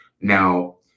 now